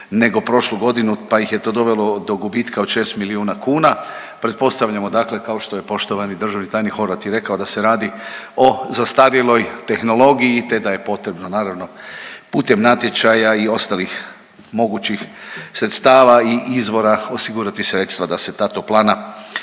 nego prošlu godinu pa ih je to dovelo do gubitka od 6 miliona kuna. Pretpostavljamo dakle kao što je poštovani državni tajnik Horvat i rekao da se radi o zastarjeloj tehnologiji te da je potrebno naravno putem natječaja i ostalih mogućih sredstava i izvora osigurati sredstva da se ta toplana